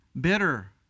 bitter